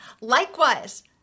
likewise